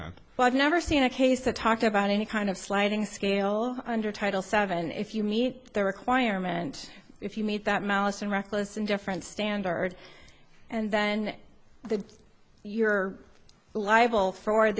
that but i've never seen a case to talk about any kind of sliding scale under title seven if you meet the requirement if you meet that malice and reckless and different standard and then the you're liable for